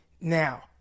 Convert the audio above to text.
now